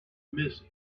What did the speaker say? miss